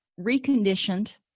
reconditioned